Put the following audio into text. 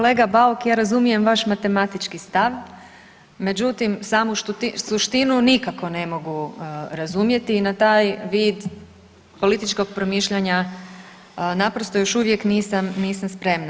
Pa kolega Bauk ja razumijem vaš matematički stav, međutim samo suštinu nikako ne mogu razumjeti i na taj vid političkog promišljanja naprosto još uvijek nisam spremna.